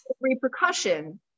repercussion